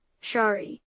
Shari